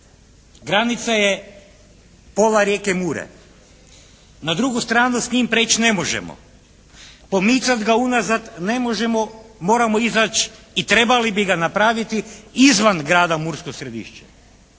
Granica je pola rijeke Mure. Na drugu stranu s njim prijeći ne možemo. Pomicati ga unazad ne možemo, moramo izaći i trebali bi ga napraviti izvan grada Mursko Središće.